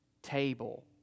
Table